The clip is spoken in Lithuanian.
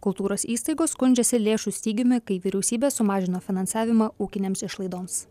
kultūros įstaigos skundžiasi lėšų stygiumi kai vyriausybė sumažino finansavimą ūkinėms išlaidoms